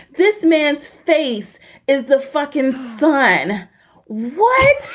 this man's face is the fucking sun what?